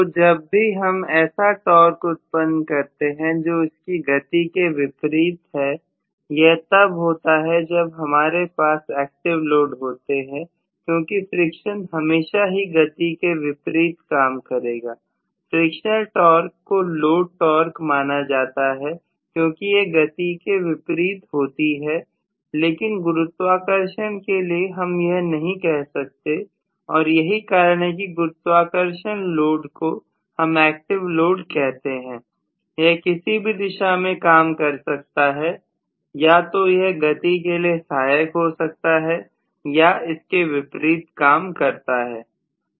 तो जब भी हम ऐसे टॉर्क उत्पन्न करते हैं जो इसकी गति के विपरीत है यह तब होता है जब हमारे पास एक्टिव लोड होते हैं क्योंकि फ्रिक्शन हमेशा ही गति के विपरीत काम करेगा फ्रिक्शनल टॉर्क को लोड टॉर्क माना जाता है क्योंकि यह गति के विपरीत होती है लेकिन गुरुत्वाकर्षण के लिए हम यह नहीं कह सकते और यही कारण है कि गुरुत्वाकर्षण लोड को हम एक्टिव लोड कहते हैं यह किसी भी दिशा में काम कर सकते हैं या तो यह गति के लिए सहायक हो सकते हैं या इसके विपरीत काम करते हैं